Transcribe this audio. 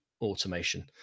automation